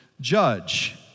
judge